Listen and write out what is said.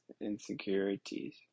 insecurities